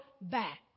back